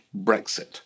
Brexit